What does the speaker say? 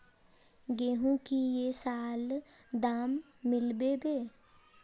गेंहू की ये साल दाम मिलबे बे?